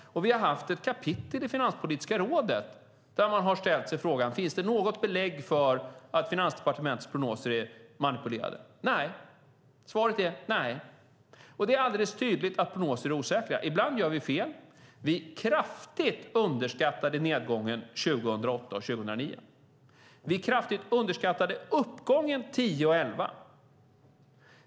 Och vi har haft ett kapitel i Finanspolitiska rådet där man har ställt sig frågan: Finns det något belägg för att Finansdepartementets prognoser är manipulerade? Svaret är nej. Det är alldeles tydligt att prognoser är osäkra. Ibland gör vi fel. Vi underskattade kraftigt nedgången 2008 och 2009. Vi underskattade kraftigt uppgången 2010 och 2011.